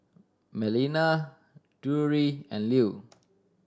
Melina Drury and Lew